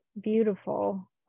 beautiful